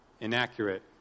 inaccurate